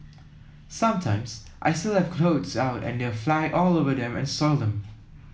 sometimes I still have clothes out and they fly all over them and soil them